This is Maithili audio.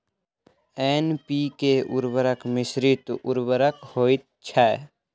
एन.पी.के उर्वरक मिश्रित उर्वरक होइत छै